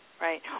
Right